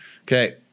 Okay